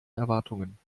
erwartungen